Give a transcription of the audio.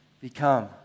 become